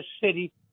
city